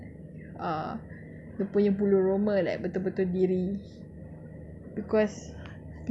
macam dekat situ then ah dia punya bulu roma like betul-betul diri